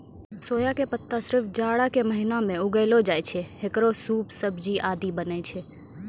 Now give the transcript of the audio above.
सोया के पत्ता सिर्फ जाड़ा के महीना मॅ उगैलो जाय छै, हेकरो सूप, सब्जी आदि बनै छै